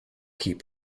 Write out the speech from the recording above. keep